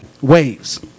Waves